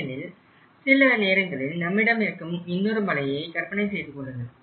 ஏனெனில் சில நேரங்களில் நம்மிடம் இருக்கும் இன்னொரு மலையை கற்பனை செய்து கொள்ளுங்கள்